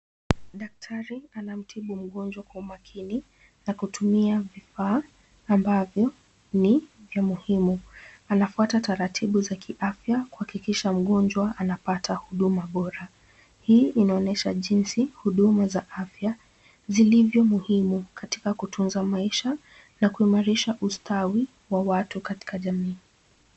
Daktari anamtibu mgonjwa kwa makini kwa kutumia vifaa ambavyo ni vya muhimu. Anafuata taratibu za kiafya kuhakikisha mgonjwa anapata huduma bora. Hii inaonyesha jinsi huduma za afya zilivyo muhimu katika kutunza maisha na kuimarisha ustawi wa watu katika jamii.